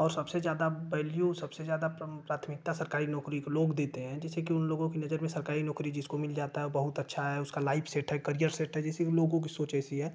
और सबसे ज़्यादा बैल्यू सबसे ज़्यादा प्राथमिकता सरकारी नौकरी को लोग देते हैं जिससे कि उन लोगों की नज़र में सरकारी नौकरी जिसको मिल जाता है वो बहुत अच्छा है उसका लाइफ सेट है करियर सेट है जैसे कि लोगों की सोच ऐसी है